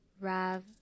Rav